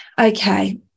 okay